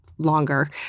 longer